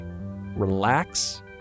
Relax